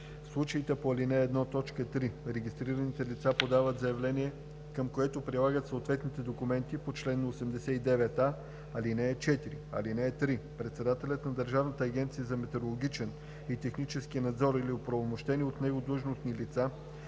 случаите по ал. 1, т. 3 регистрираните лица подават заявление, към което прилагат съответните документи по чл. 89а, ал. 4. (3) Председателят на Държавната агенция за метрологичен и технически надзор или оправомощени от него длъжностни лица